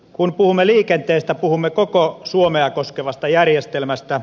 kun puhumme liikenteestä puhumme koko suomea koskevasta järjestelmästä